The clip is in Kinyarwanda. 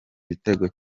ibitego